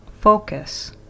focus